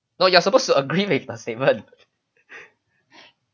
no you are supposed to agree with the statement